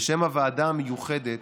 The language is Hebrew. בשם הוועדה המיוחדת